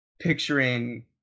picturing